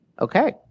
Okay